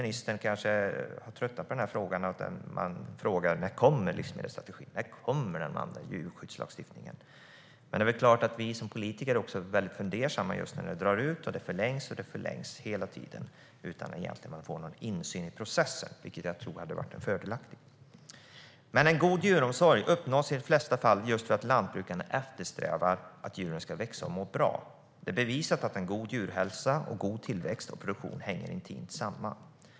Ministern har kanske tröttnat på att man frågar när livsmedelsstrategin och djurskyddslagstiftningen kommer, men det är klart att vi som politiker blir fundersamma när det drar ut på tiden mer och mer utan att vi får någon insyn i processen, vilket jag tror att det hade varit en fördel om vi hade kunnat få. En god djuromsorg uppnås i de flesta fall för att lantbrukaren eftersträvar att djuren ska växa och må bra. Det är bevisat att en god djurhälsa och god tillväxt och produktion hänger intimt samman.